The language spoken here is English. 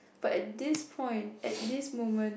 but at this point at this moment